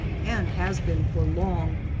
and has been for long,